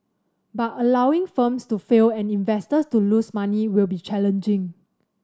but allowing firms to fail and investors to lose money will be challenging